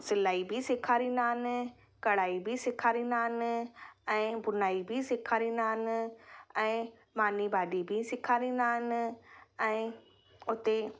सिलाई बि सेखारींदा आहिनि कढ़ाई बि सेखारींदा आहिनि ऐं बुनाई बि सेखारींदा आहिनि ऐं मानी भाॼी बि सेखारींदा आहिनि ऐं उते